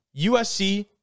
USC